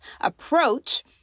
approach